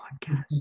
podcast